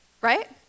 right